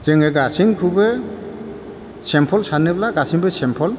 जोङो गासैखौबो सिम्पोल सानोब्ला गासैबो सिम्पोल